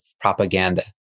propaganda